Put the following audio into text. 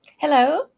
Hello